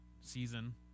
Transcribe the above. season